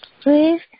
Please